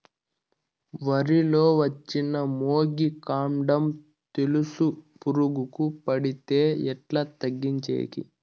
వరి లో వచ్చిన మొగి, కాండం తెలుసు పురుగుకు పడితే ఎట్లా తగ్గించేకి?